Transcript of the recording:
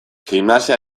gimnasia